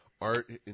art